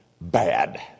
bad